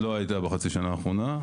לא הייתה בחצי שנה האחרונה.